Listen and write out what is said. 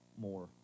more